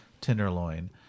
tenderloin